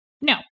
No